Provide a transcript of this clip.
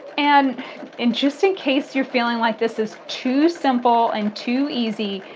and and just in case you're feeling like this is too simple and too easy,